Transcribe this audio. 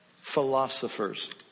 Philosophers